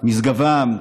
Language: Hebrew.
משגב עם,